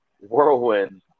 whirlwind